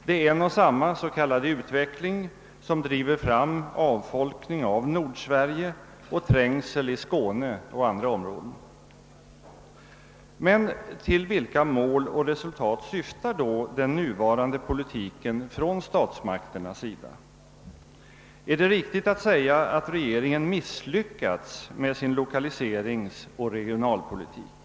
Det är en och samma s.k. utveckling som driver fram avfolkning i Nordsverige och trängsel i Skåne och andra områden. Men till vilka mål och resultat syftar då den nuvarande politiken från statsmakternas sida? Är det riktigt att säga att regeringen misslyckats med sin l1okaliseringsoch regionalpolitik?